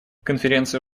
конференция